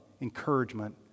encouragement